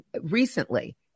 recently